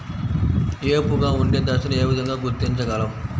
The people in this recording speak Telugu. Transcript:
ఏపుగా ఉండే దశను ఏ విధంగా గుర్తించగలం?